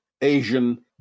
Asian